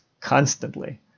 constantly